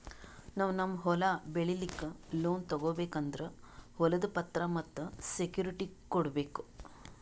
ನಾವ್ ನಮ್ ಹೊಲ ಬೆಳಿಲಿಕ್ಕ್ ಲೋನ್ ತಗೋಬೇಕ್ ಅಂದ್ರ ಹೊಲದ್ ಪತ್ರ ಮತ್ತ್ ಸೆಕ್ಯೂರಿಟಿ ಕೊಡ್ಬೇಕ್